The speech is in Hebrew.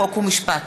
חוק ומשפט.